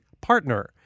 partner